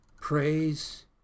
praise